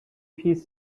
piece